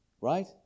Right